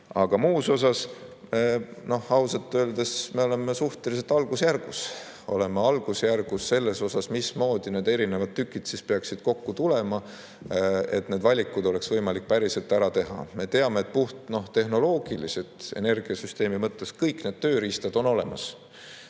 Aga muus osas oleme me ausalt öeldes suhteliselt algusjärgus. Oleme algusjärgus selles osas, mismoodi need erinevad tükid peaksid kokku tulema, et need valikud oleks võimalik päriselt ära teha. Me teame, et puhttehnoloogiliselt energiasüsteemi mõttes on kõik tööriistad olemas.